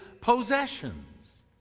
possessions